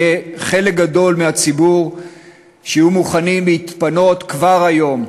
חלק גדול מהציבור יהיה מוכן להתפנות כבר היום.